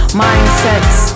mindsets